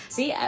See